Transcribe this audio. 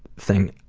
thing.